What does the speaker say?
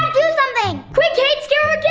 do something! quick kaden scare her again!